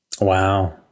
Wow